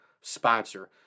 sponsor